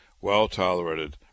well-tolerated